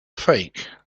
fake